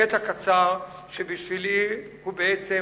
קטע קצר שבשבילי הוא בעצם